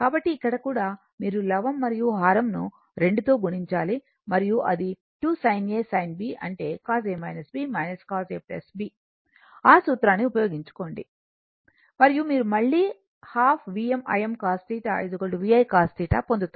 కాబట్టి ఇక్కడ కూడా మీరు లవం మరియు హరం ను రెండు తో గుణించాలి మరియు అది 2 sin A sin B అంటే cos cos A B ఆ సూత్రాన్ని ఉపయోగించుకోండి మరియు మీరు మళ్ళీ ½ Vm Im cos θ V I cos θ పొందుతారు